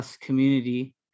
community